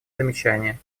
замечания